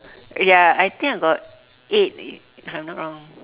ya I think I got eight if I'm not wrong